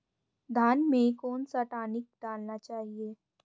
धान में कौन सा टॉनिक डालना चाहिए?